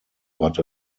but